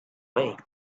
way